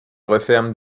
referment